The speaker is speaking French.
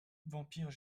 vampires